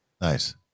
Nice